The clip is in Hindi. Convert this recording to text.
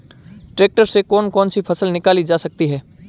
ट्रैक्टर से कौन कौनसी फसल निकाली जा सकती हैं?